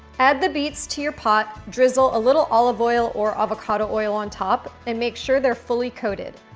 add the beets to your pot, drizzle a little olive oil or avocado oil on top, and make sure they're fully coated.